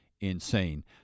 insane